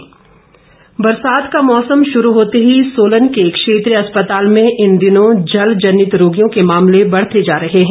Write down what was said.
जल जनित बरसात का मौसम शुरू होते ही सोलन के क्षेत्री अस्पताल में इन दिनों जल जनित रोगियों के मामले बढ़ते जा रहे हैं